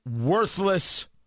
Worthless